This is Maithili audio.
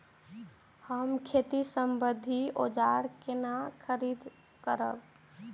हम खेती सम्बन्धी औजार केना खरीद करब?